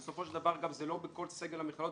בסופו של דבר גם זה לא בכל סגל המכללות.